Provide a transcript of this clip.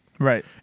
Right